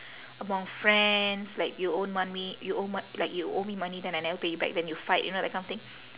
among friends like you owe money you owe mo~ like you owe me money then I never pay you back then you fight you know that kind of thing